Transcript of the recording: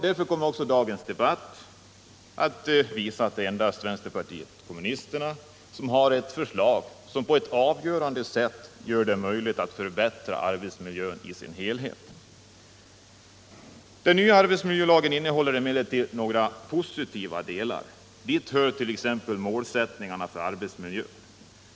Därför kommer också dagens debatt att visa att det endast är vänsterpartiet kommunisterna som har ett förslag som gör det möjligt att på ett avgörande sätt förbättra arbetsmiljön i sin helhet. Den nya arbetsmiljölagen innehåller emellertid några positiva delar. Dit hör t.ex. målsättningarna för arbetsmiljölagen.